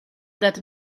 that